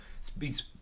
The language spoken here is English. speaks